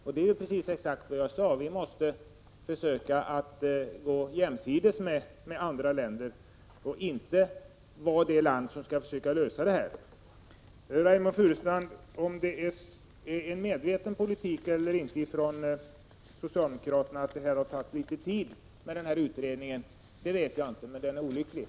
Jag sade att Sverige måste försöka gå jämsides med andra länder och inte försöka lösa detta på egen hand. Jag vet inte, Reynoldh Furustrand, om det är en medveten politik eller ej från socialdemokraterna att dra ut på tiden med denna utredning, men det är inte bra.